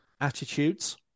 attitudes